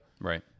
Right